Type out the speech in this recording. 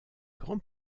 grands